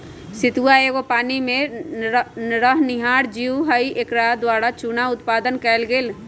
सितुआ एगो पानी में रहनिहार जीव हइ एकरा द्वारा चुन्ना उत्पादन कएल गेल